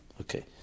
Okay